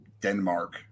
Denmark